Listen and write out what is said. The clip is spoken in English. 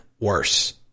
worse